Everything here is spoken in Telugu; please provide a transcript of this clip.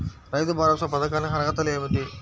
రైతు భరోసా పథకానికి అర్హతలు ఏమిటీ?